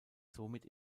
somit